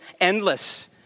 endless